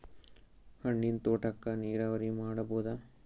ಹಣ್ಣಿನ್ ತೋಟಕ್ಕ ನೀರಾವರಿ ಮಾಡಬೋದ?